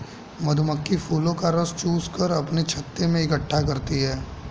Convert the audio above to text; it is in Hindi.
मधुमक्खी फूलों का रस चूस कर अपने छत्ते में इकट्ठा करती हैं